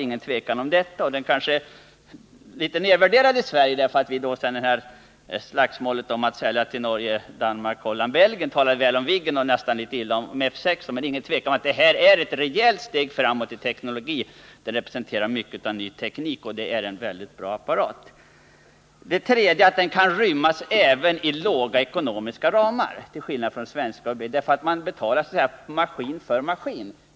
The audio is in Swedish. Kanske är den en aning nedvärderad i Sverige sedan slagsmålet att sälja till Norge, Danmark, Holland och Belgien, då vi talade väl om Viggen och litet illa om F 16. Men det är ingen tvekan om att F 16 är ett rejält steg framåt när det gäller ny teknik. För det tredje kan den rymmas även inom små ekonomiska ramar — till skillnad från ett svenskt plan — eftersom man betalar maskin för maskin.